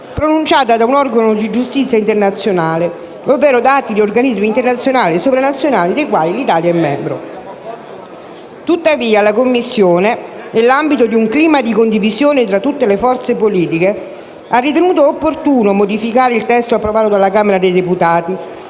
pronunciata da un organo di giustizia internazionale, ovvero da atti di organismi internazionali e sovranazionali dei quali l'Italia è membro». Tuttavia la Commissione, nell'ambito di un clima di condivisione tra tutte le forze politiche, ha ritenuto opportuno modificare il testo approvato dalla Camera dei deputati,